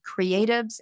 creatives